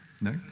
No